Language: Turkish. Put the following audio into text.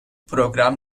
program